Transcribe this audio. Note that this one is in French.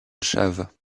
chaves